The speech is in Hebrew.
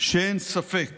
שאין ספק